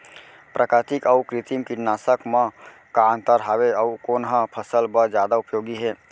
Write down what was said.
प्राकृतिक अऊ कृत्रिम कीटनाशक मा का अन्तर हावे अऊ कोन ह फसल बर जादा उपयोगी हे?